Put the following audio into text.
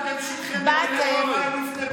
מעולם לא הייתה ממשלה מופקרת כמו הממשלה שלכם.